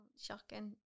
shocking